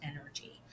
energy